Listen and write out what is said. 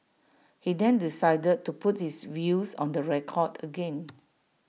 he then decided to put his views on the record again